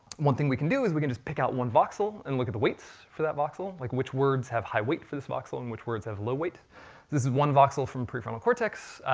one thing we can do, is we can just pick out one voxel and look at the weights for that voxel, like which words have high weight for this voxel, and which words have low weight? so this is one voxel from pre-frontal cortex.